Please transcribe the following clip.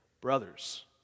brothers